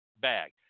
bag